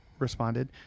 Responded